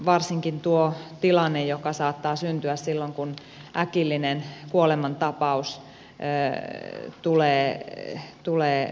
varsinkin tuo tilanne joka saattaa syntyä silloin kun äkillinen kuolemantapaus tulee